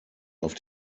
auf